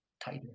tighter